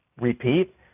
repeat –